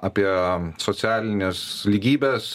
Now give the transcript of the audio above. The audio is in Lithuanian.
apie socialinės lygybės